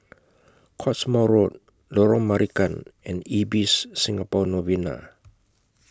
Cottesmore Road Lorong Marican and Ibis Singapore Novena